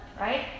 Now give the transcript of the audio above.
right